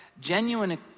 genuine